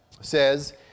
says